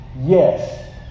Yes